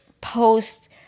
post